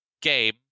game